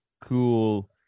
cool